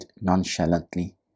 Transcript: nonchalantly